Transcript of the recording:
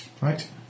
right